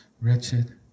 wretched